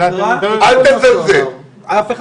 קודם כל